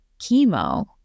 chemo